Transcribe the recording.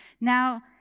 Now